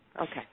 Okay